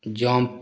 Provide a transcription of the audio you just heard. jump